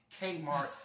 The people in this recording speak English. Kmart